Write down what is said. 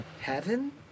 Heaven